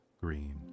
green